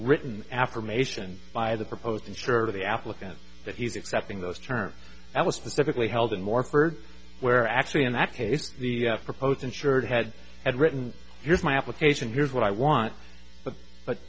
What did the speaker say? written affirmation by the proposed insurer the applicant that he's accepting those terms that was specifically held in morford where actually in that case the proposed insured had had written here's my application here's what i want but